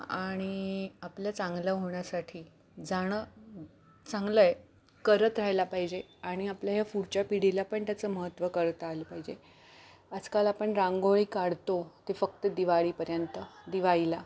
आणि आपल्या चांगल्या होण्यासाठी जाणं चांगलंय करत राहायला पाहिजे आणि आपल्या ह्या पुढच्या पिढीला पण त्याचं महत्त्व करत आलं पाहिजे आजकाल आपण रांगोळी काढतो ते फक्त दिवाळीपर्यंत दिवाळीला